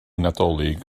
nadolig